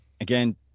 Again